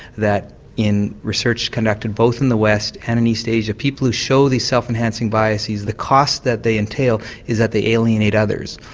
that in research conducted both in the west and in east asia, people who show these self-enhancing biases, the cost that they entail is that they alienate others.